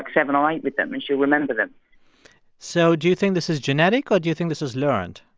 like seven or eight with them and she'll remember them so do you think this is genetic or do you think this is learned?